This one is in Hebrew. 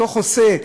לאותו חוסה,